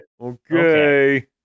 Okay